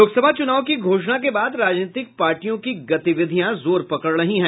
लोकसभा चुनाव की घोषणा के बाद राजनीतिक पार्टियों की गतिविधियां जोर पकड़ रही हैं